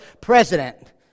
president